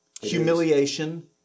Humiliation